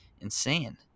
insane